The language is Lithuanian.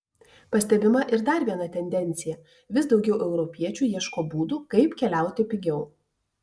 pastebima ir dar viena tendencija vis daugiau europiečių ieško būdų kaip keliauti pigiau